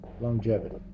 longevity